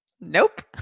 nope